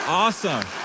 awesome